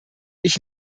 ich